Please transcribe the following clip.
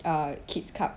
err kids cup